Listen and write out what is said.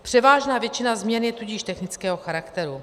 Převážná většina změn je tudíž technického charakteru.